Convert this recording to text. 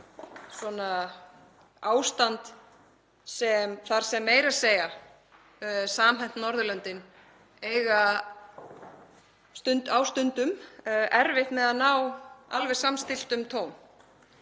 ræða ástand þar sem meira að segja samhent Norðurlöndin eiga stundum erfitt með að ná alveg samstilltum tóni.